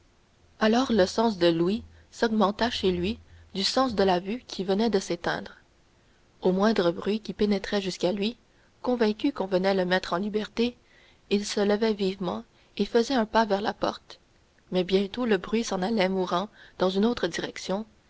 alors le sens de l'ouïe s'augmenta chez lui du sens de la vue qui venait de s'éteindre au moindre bruit qui pénétrait jusqu'à lui convaincu qu'on venait le mettre en liberté il se levait vivement et faisait un pas vers la porte mais bientôt le bruit s'en allait mourant dans une autre direction